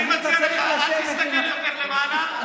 אני מציע לך לא להסתכל למעלה יותר,